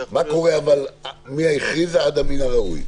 זה יכול להיות --- מה קורה אבל מההכרזה עד המילה ראוי?